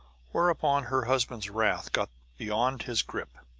whereupon her husband's wrath got beyond his grip.